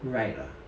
ride ah